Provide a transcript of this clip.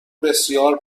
بسیار